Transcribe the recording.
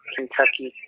Kentucky